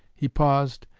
he paused,